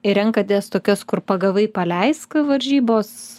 renkatės tokias kur pagavai paleisk varžybos